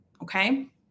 okay